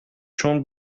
چون